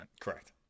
Correct